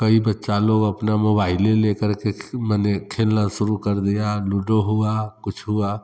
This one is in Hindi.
कई बच्चा लोग अपना मोबाइल हीलेकर के मने खेलना शुरू कर दिया लूडो हुआ कुछ हुआ